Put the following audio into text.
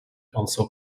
also